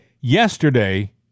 Yesterday